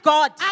God